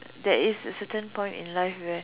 there is a certain point in life where